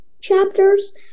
chapters